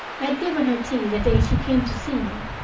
i had given her tea the day she came to see me,